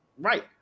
Right